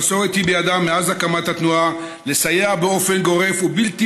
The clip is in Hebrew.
שמסורת היא בידם מאז הקמת התנועה לסייע באופן גורף ובלתי